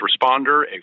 responder